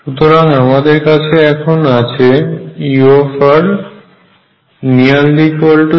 সুতরাং আমদের কাছে এখন আছে ure 2mE2r